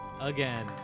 again